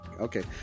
Okay